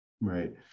Right